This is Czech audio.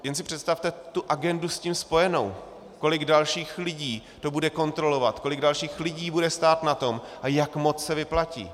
Jen si představte tu agendu s tím spojenou, kolik dalších lidí to bude kontrolovat, kolik dalších lidí bude stát na tom a jak moc se vyplatí.